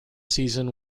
season